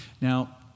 Now